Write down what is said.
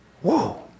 Whoa